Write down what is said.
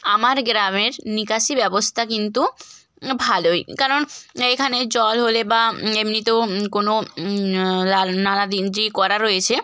আমার গ্রামের নিকাশি ব্যবস্থা কিন্তু ভালোই কারণ এইখানে জল হলে বা এমনিতেও কোনো নালা দিয়ে যে করা রয়েছে